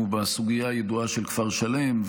הוא הסוגיה הידועה של כפר שלם,